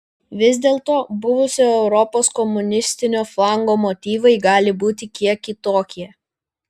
vis dėlto buvusio europos komunistinio flango motyvai gali būti kiek kitokie